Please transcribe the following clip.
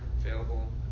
available